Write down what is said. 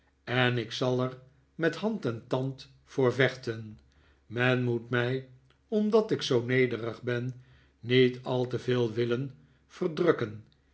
en ik zal er met hand en tand voor vechten men moet mij omdat ik zoo nederig ben niet al te veel willen verdrukken